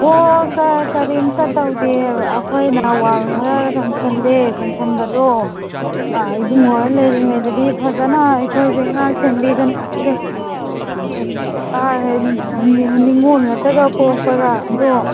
ꯑꯣ ꯀꯥ ꯀꯔꯤꯝꯇ ꯇꯧꯗꯦ ꯑꯩꯈꯣꯏꯅ ꯋꯥꯜ ꯈꯔ ꯆꯟꯁꯜꯂꯦ ꯆꯟꯁꯜꯕꯗꯣ ꯏꯕꯨꯡꯉꯣ ꯍꯣꯏ ꯂꯩꯔꯤꯉꯩꯗꯗꯤ ꯐꯖꯅ ꯑꯩꯈꯣꯏꯁꯦ ꯉꯥꯛ ꯁꯦꯟꯕꯤꯗꯅ ꯅꯤꯡꯉꯣꯜ ꯉꯥꯛꯇꯒ ꯄꯣꯛꯄꯗꯣ ꯑꯗꯣ